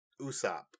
Usopp